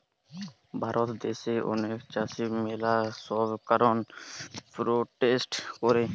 ভারত দ্যাশে অনেক চাষী ম্যালা সব কারণে প্রোটেস্ট করে